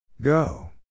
Go